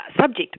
subject